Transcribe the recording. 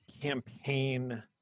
campaign